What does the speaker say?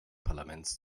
parlaments